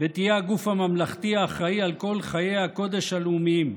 ותהיה הגוף הממלכתי שאחראי לכל חיי הקודש הלאומיים,